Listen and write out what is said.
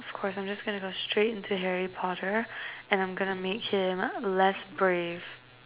of course I'm just gonna go straight into Harry Potter and I'm gonna make him less brave